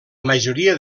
majoria